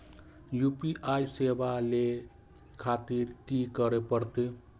UPI सेवा ले खातिर की करे परते?